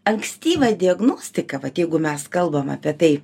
ankstyva diagnostika vat jeigu mes kalbam apie tai